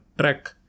track